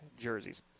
jerseys